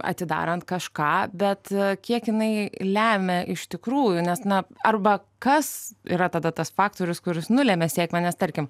atidarant kažką bet kiek jinai lemia iš tikrųjų nes na arba kas yra tada tas faktorius kuris nulemia sėkmę nes tarkim